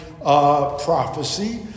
prophecy